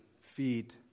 feed